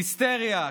היסטריה,